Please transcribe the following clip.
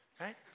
right